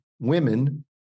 women